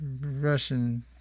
Russian